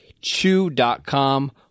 Chew.com